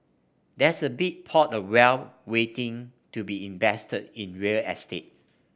there's a big pot of wealth waiting to be invested in real estate